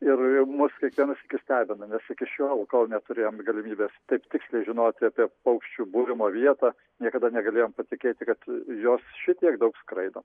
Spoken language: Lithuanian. ir mus kiekvienas stebina nes iki šiol kol neturėjom galimybės taip tiksliai žinoti apie paukščių buvimo vietą niekada negalėjom patikėti kad jos šitiek daug skraido